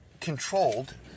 controlled